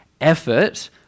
effort